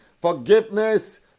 Forgiveness